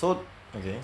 so okay